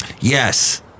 Yes